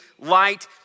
light